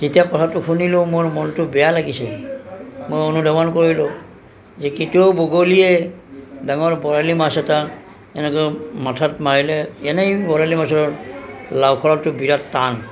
যেতিয়া কথাটো শুনিলো মোৰ মনটো বেয়া লাগিছে মই অনুধাৱন কৰিলোঁ যে কেতিয়াও বগলীয়ে ডাঙৰ বৰালি মাছ এটা এনেকৈ মাথাত মাৰিলে এনেই বৰালি মাছৰ লাওখোলাটো বিৰাট টান